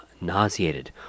nauseated